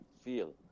feel